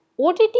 OTT